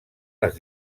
les